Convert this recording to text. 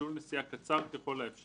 מסלול נסיעה קצר ככל האפשר,